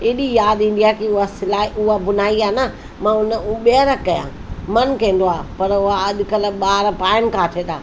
एॾी यादि ईंदी आहे कि उहा सिलाई उहा बुनाई आहे न मां उन उ ॿीहर कयां मन कंदो आहियां पर उहा अॼुकल्ह ॿार पाइनि किथे था